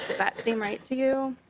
that seem right to you?